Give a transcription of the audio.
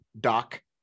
doc